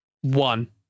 One